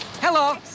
Hello